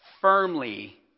firmly